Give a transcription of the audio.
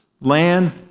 land